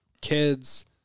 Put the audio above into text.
kids